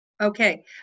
Okay